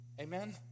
Amen